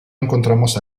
encontramos